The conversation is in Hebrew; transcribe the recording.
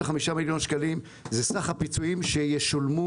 35 מיליון שקלים זה סך הפיצויים שישולמו